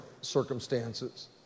circumstances